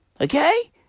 Okay